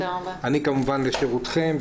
אני כמובן לשירותכם.